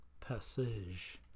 Passage